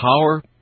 power